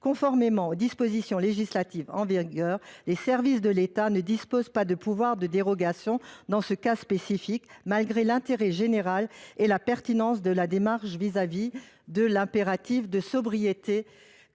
Conformément aux dispositions législatives en vigueur, les services de l’État ne disposent pas du pouvoir de dérogation dans ce cas spécifique malgré l’intérêt général évident et la pertinence de la démarche vis-à-vis de l’impératif de sobriété